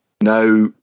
Now